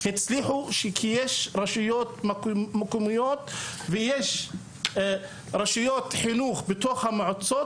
הצליחו כשיש רשויות מקומיות ויש רשויות חינוך בתוך המועצות,